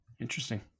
interesting